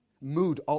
Mood